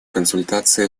консультации